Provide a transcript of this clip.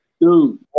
Dude